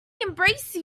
embrace